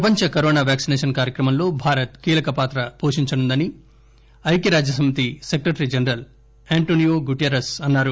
ప్రపంచ corona vaccination కార్యక్రమంలో భారత్ కీలకపాత్ర పోషించనుందని ఐక్యరాజ్యసమితి secretary general Antonio Guterres అన్నారు